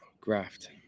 Graft